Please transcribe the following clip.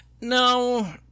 No